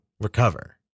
recover